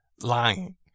lying